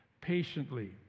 patiently